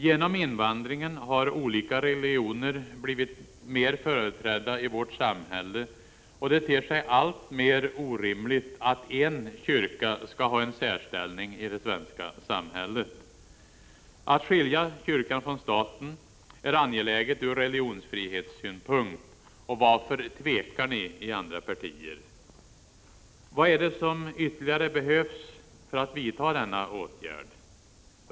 Genom invandringen har olika religioner blivit mer företrädda i vårt samhälle. Det ter sig alltmer orimligt att en kyrka skall ha en särställning i det svenska samhället. Att skilja kyrkan från staten är angeläget ur religionsfrihetssynpunkt. Varför tvekar ni i andra partier? Vad är det som ytterligare behövs för att vidta denna åtgärd?